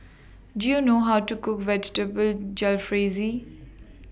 Do YOU know How to Cook Vegetable Jalfrezi